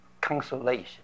consolation